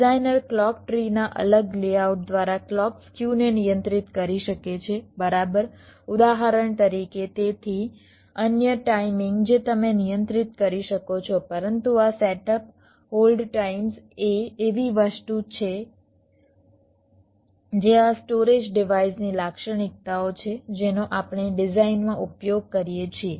designer clock tree ના અલગ layout દ્વારા ક્લૉક સ્ક્યુને નિયંત્રિત કરી શકે છે બરાબર ઉદાહરણ તરીકે તેથી અન્ય ટાઇમિંગ જે તમે નિયંત્રિત કરી શકો છો પરંતુ આ સેટઅપ હોલ્ડ ટાઇમ્સ એ એવી વસ્તુ છે જે આ સ્ટોરેજ ડિવાઇઝ ની લાક્ષણિકતાઓ છે જેનો આપણે ડિઝાઇનમાં ઉપયોગ કરીએ છીએ